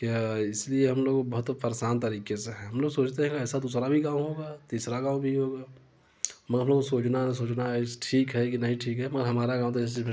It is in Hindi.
क्या इसीलिए हम लोग बहुत परेशान तरीके से हैं हम लोग सोचते हैं ऐसा दूसरा भी गाँव होगा तीसरा गाँव भी होगा मगर हम लोगों का सोचना सोचना ठीक है कि नहीं ठीक है मगर हमारा गाँव तो जैसे